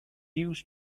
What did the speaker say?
used